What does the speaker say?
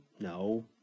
No